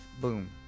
boom